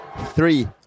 Three